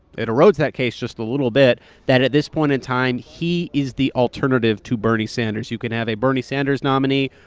it erodes that case just a little bit that at this point in time, he is the alternative to bernie sanders. you can have a bernie sanders nominee,